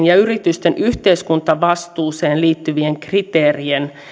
ja yritysten yhteiskuntavastuuseen liittyvien kriteerien